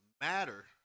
matter